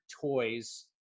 toys